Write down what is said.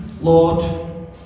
Lord